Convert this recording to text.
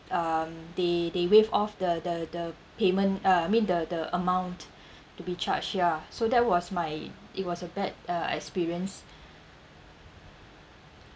um they they waive off the the the payment uh I mean the the amount to be charged ya so that was my it was a bad uh experience